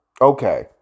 okay